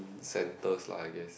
centres lah I guess